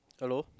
hello